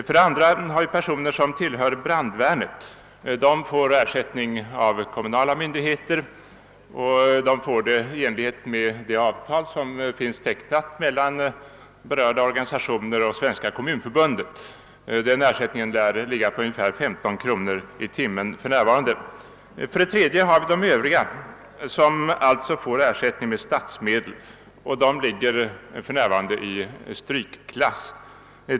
För det andra får de personer som tillhör brandvärnet ersättning av kommunala myndigheter, och denna ersättning utgår i enlighet med det avtal som är tecknat mellan berörda organisationer och Svenska kommunförbundet. Beloppet lär vara ungefär 15 kronor i timmen för närvarande. För det tredje har vi personer som får ersättning med statsmedel och som för närvarande befinner sig i strykklass.